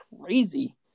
crazy